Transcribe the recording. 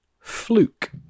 Fluke